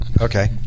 Okay